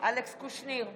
אלכס קושניר,